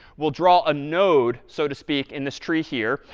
we'll draw a node, so to speak, in this tree here.